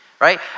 right